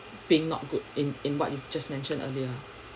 being not good in in what you just mentioned earlier